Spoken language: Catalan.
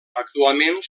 actualment